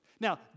Now